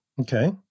Okay